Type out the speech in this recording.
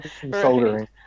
soldering